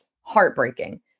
Heartbreaking